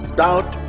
doubt